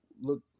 look